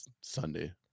Sunday